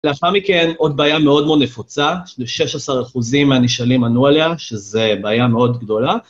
לאחר מכאן, עוד בעיה מאוד מאוד נפוצה, ש 16% מהנשאלים ענו עליה, שזו בעיה מאוד גדולה.